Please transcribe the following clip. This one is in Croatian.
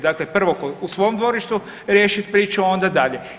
Dakle, prvo u svom dvorištu riješit priču, a onda dalje.